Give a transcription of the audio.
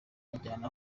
anjyana